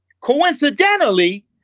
coincidentally